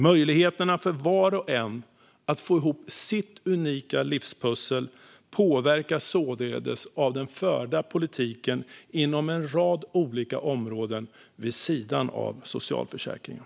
Möjligheterna för var och en att få ihop sitt unika livspussel påverkas således av den förda politiken inom en rad olika områden vid sidan av socialförsäkringen.